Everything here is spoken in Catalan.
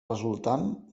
resultant